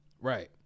right